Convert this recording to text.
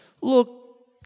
look